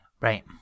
Right